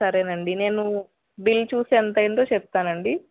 సరేనండి నేను బిల్ చూసి ఎంత అయిందో చెప్తాను అండి